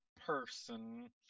person